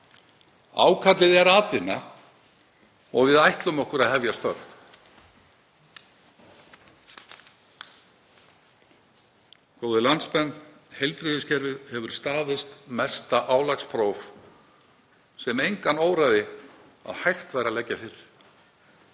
Ákallið er atvinna og við ætlum okkur að hefja störf. Góðir landsmenn. Heilbrigðiskerfið hefur staðist mesta álagspróf sem engan óraði fyrir að hægt væri að leggja fyrir.